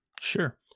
Sure